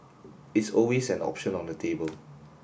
it's always an option on the table